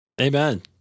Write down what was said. Amen